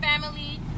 family